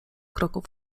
kroków